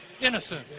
innocent